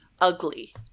ugly